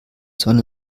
sonne